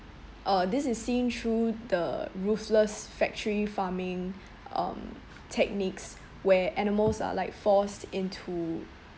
uh this is seen through the ruthless factory farming um techniques where animals are like forced into